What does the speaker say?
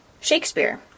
Shakespeare